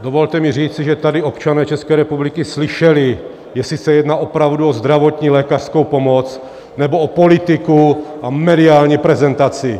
Dovolte mi říci, že tady občané ČR slyšeli, jestli se jedná opravdu o zdravotní lékařskou pomoc, nebo o politiku a mediální prezentaci!